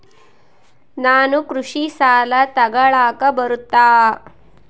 ನಾನು ಕೃಷಿ ಸಾಲ ತಗಳಕ ಬರುತ್ತಾ?